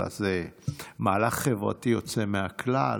אלא זה מהלך חברתי יוצא מהכלל.